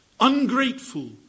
Ungrateful